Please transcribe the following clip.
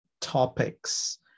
topics